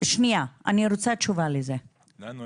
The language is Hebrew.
אני רוצה תשובה מה העמדה של האוצר בעניין תקינה.